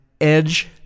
Edge